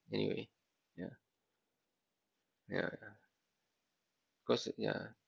anyway ya ya cause ya